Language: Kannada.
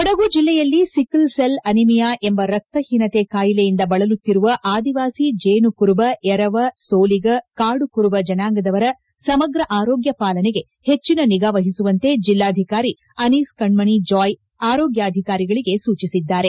ಕೊಡಗು ಜಿಲ್ಲೆಯಲ್ಲಿ ಸಿಕ್ಕಲ್ ಸೆಲ್ ಅನಿಮಿಯಾ ಎಂಬ ರಕ್ತ ಹೀನತೆ ಕಾಯಿಲೆಯಿಂದ ಬಳಲುತ್ತಿರುವ ಆದಿವಾಸಿ ಜೇನು ಕುರುಬ ಎರವ ಸೋಲಿಗ ಕಾಡುಕುರುಬ ಜನಾಂಗದವರ ಸಮಗ್ರ ಆರೋಗ್ಯ ಪಾಲನೆಗೆ ಹೆಚ್ಚಿನ ನಿಗಾ ಮಹಸುವಂತೆ ಜಿಲ್ಲಾಧಿಕಾರಿ ಅನೀಸ್ ಕಣ್ಮಣಿ ಜಾಯ್ ಆರೋಗ್ಯಾಧಿಕಾರಿಗಳಿಗೆ ಸೂಜಿಸಿದ್ದಾರೆ